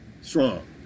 strong